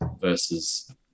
versus